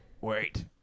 wait